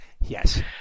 Yes